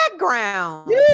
background